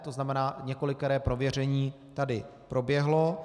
To znamená, několikeré prověření tady proběhlo.